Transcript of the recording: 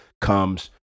comes